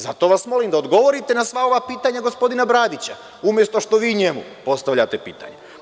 Zato vas molim da odgovorite na sva ova pitanja, gospodina Bradića, umesto što vi njemu postavljate pitanje.